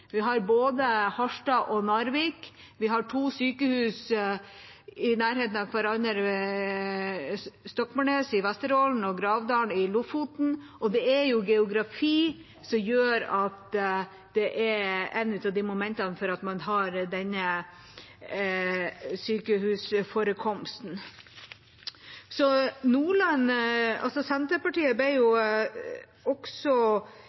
vi har to sykehus lengst nord – i Harstad og i Narvik. Vi har to sykehus i nærheten av hverandre – i Stokmarknes i Vesterålen og i Gravdal i Lofoten. Det er jo geografi som er et av momentene for at man har denne sykehusforekomsten. Senterpartiet ble også